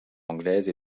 anglaise